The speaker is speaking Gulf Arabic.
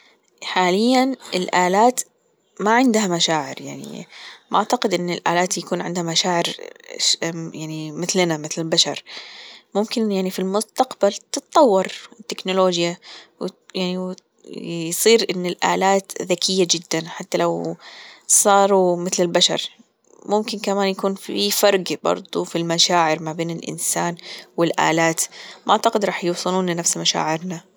حاليا الآلات ما عندها مشاعر يعني ما أعتقد إن الآلات يكون عندها مشاعر يعني مثلنا مثل البشر ممكن يعني في المستقبل تتطور التكنولوجيا يعني يصير إن الآلات ذكية جدا حتى لو صاروا مثل البشر ممكن كمان يكون في فرق برضو في المشاعر ما بين الإنسان والآلات ما أعتقد راح يوصلون لنفس مشاعرنا.